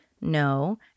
No